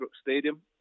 Stadium